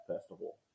festival